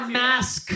mask